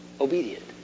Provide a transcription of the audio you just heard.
obedient